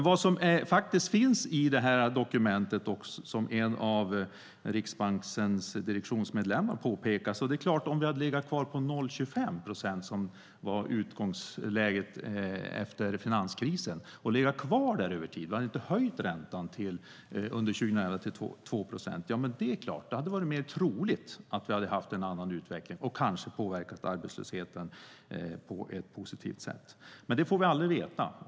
Vad som framgår av detta dokument, och som en av Riksbankens direktionsmedlemmar påpekar, är att om vi hade legat kvar på 0,25 procent, som var utgångsläget efter finanskrisen, och legat kvar där över tid - om vi inte hade höjt räntan till 2 procent - hade det varit mer troligt att utvecklingen varit en annan och att arbetslösheten kanske påverkats på ett positivt sätt. Men det får vi aldrig veta.